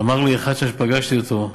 אמר לי אחד שפגשתי אותו,